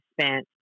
spent